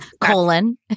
Colon